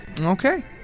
Okay